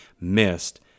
missed